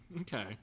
Okay